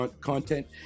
content